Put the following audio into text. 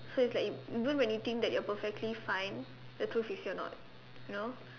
so it's like e~ even when you think you are perfectly fine the truth is you're not you know